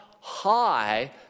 high